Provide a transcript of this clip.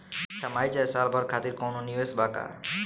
छमाही चाहे साल भर खातिर कौनों निवेश बा का?